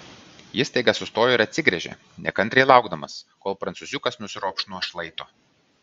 jis staiga sustojo ir atsigręžė nekantriai laukdamas kol prancūziukas nusiropš nuo šlaito